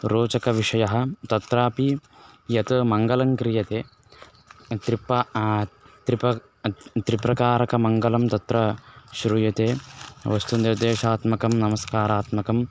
रोचकविषयः तत्रापि यत् मङ्गलं क्रियते त्रिप्पा त्रिप त्रिप्रकारकमङ्गलं तत्र श्रूयते वस्तुनिर्देशात्मकं नमस्कारात्मकम्